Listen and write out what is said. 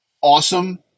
awesome